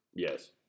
Yes